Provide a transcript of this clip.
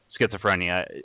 schizophrenia